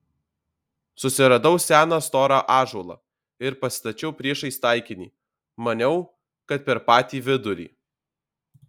susiradau seną storą ąžuolą ir pasistačiau priešais taikinį maniau kad per patį vidurį